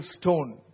stone